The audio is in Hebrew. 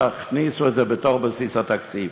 תכניסו את זה לבסיס התקציב.